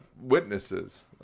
witnesses